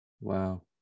wow